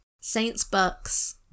Saints-Bucks